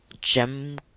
gem